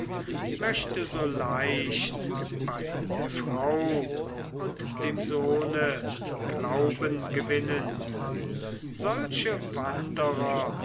möchte so leicht bei der frau und dem sohne glauben gewinnen solche wanderer